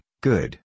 good